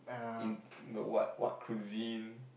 in the what what cuisine